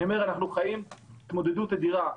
אני אומר שאנחנו חיים עם התמודדות אדירה,